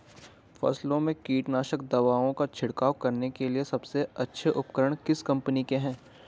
फसलों में कीटनाशक दवाओं का छिड़काव करने के लिए सबसे अच्छे उपकरण किस कंपनी के हैं?